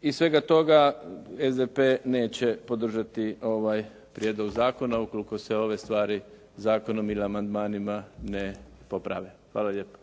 Iz svega toga SDP neće podržati ovaj prijedlog zakona ukoliko se ove stvari zakonom ili amandmanima ne poprave. Hvala lijepa.